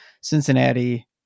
Cincinnati